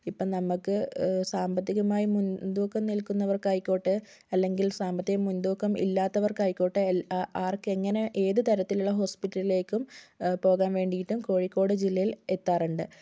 ഇപ്പം നമുക്ക് സാമ്പത്തികമായും മുൻതുക്കം നിൽക്കുന്നവർക്കായിക്കോട്ടെ അല്ലെങ്കിൽ സാമ്പത്തികം മുൻതൂക്കം ഇല്ലാത്തവർക്ക് ആയിക്കോട്ടെ എല്ലാ ആർക്ക് എങ്ങനെ ഏത് തരത്തിലുള്ള ഹോസ്പിറ്റലുകളിലേക്കും പോകാൻ വേണ്ടിയിട്ടും കോഴിക്കോട് ജില്ലയിൽ എത്താറുണ്ട്